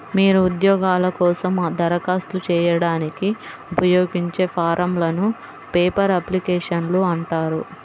మీరు ఉద్యోగాల కోసం దరఖాస్తు చేయడానికి ఉపయోగించే ఫారమ్లను పేపర్ అప్లికేషన్లు అంటారు